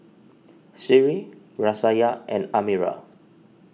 Sri Raisya and Amirah